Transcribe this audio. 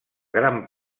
gran